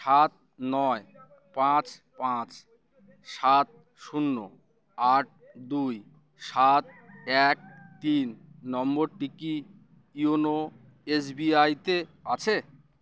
সাত নয় পাঁচ পাঁচ সাত শূন্য আট দুই সাত এক তিন নম্বরটি কি ইয়োনো এসবিআইতে আছে